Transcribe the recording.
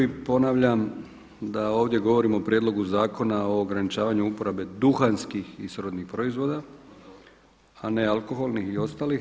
I ponavljam da ovdje govorimo o Prijedlogu zakona o ograničavanju uporabe duhanskih i srodnih proizvoda a ne alkoholnih i ostalih.